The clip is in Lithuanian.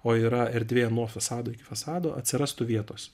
o yra erdvė nuo fasado iki fasado atsirastų vietos